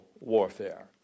warfare